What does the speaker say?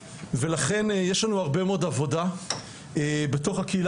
ולכן יש לנו הרבה מאוד עבודה בתוך הקהילה